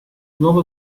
nuove